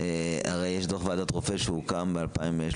הרי יש דוח ועדת רופא שהוקם ב-2013,